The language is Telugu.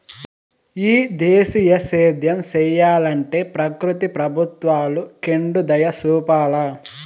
ఈ దేశీయ సేద్యం సెయ్యలంటే ప్రకృతి ప్రభుత్వాలు కెండుదయచూపాల